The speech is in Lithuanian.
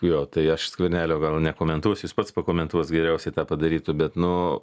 jo tai aš skvernelio gal nekomentuosiu jis pats pakomentuos geriausiai tą padarytų bet nu